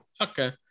Okay